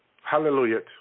Hallelujah